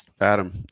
Adam